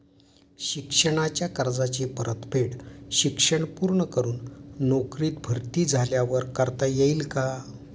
शिक्षणाच्या कर्जाची परतफेड शिक्षण पूर्ण करून नोकरीत भरती झाल्यावर करता येईल काय?